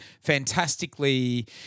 fantastically